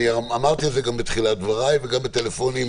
אמרתי את זה גם בתחילת דבריי וגם בטלפונים,